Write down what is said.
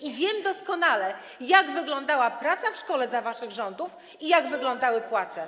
i wiem doskonale, jak wyglądała praca w szkole za waszych rządów i jak wyglądały płace.